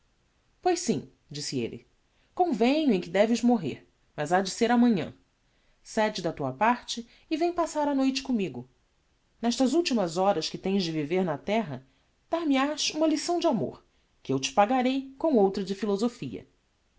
pois sim disse elle convenho em que deves morrer mas ha de ser amanhã cede da tua parte e vem passar a noite commigo nestas ultimas horas que tens de viver na terra dar me has uma lição de amor que eu te pagarei com outra de